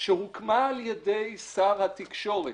שהוקמה על ידי שר התקשורת,